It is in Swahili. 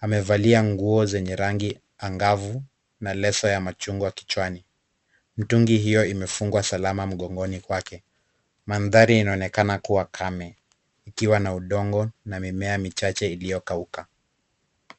Amevalia nguo zenye rangi angavu na leso ya machungwa kichwani. Mtungi hiyo imefungwa salama mgongoni kwake. Mandhari inaonekana kuwa kame ikiwa na udongo na mimea michache iliyokauka.